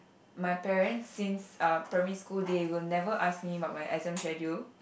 my parents since uh primary school day will never ask me about my exam schedule